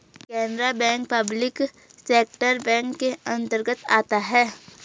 Canara bank public sector bank के अंतर्गत आता है